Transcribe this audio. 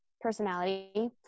personality